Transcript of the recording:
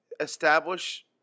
establish